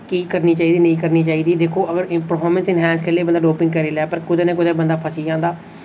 कि करनी चाहिदी नेईं करनी चाहिदी दिक्खो अगर परफारमेंस एनहान्स के लिये बंदा डोपिंग करी लै पर कुतै ना कुतै बंदा फसी जंदा